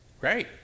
great